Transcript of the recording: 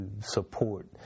support